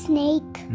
Snake